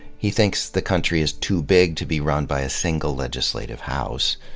he thinks the country is too big to be run by a single legislative house,